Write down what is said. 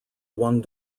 one